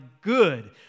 good